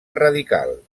radical